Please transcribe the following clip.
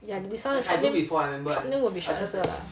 ya this one shop name shop name will be short answer